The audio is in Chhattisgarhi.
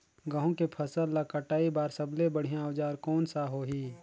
गहूं के फसल ला कटाई बार सबले बढ़िया औजार कोन सा होही?